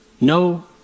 No